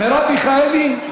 מרב מיכאלי,